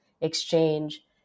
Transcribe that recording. exchange